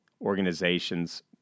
organizations